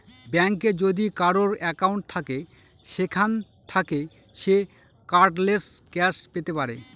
ব্যাঙ্কে যদি কারোর একাউন্ট থাকে সেখান থাকে সে কার্ডলেস ক্যাশ পেতে পারে